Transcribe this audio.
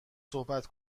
صحبت